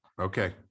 Okay